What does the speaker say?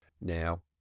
now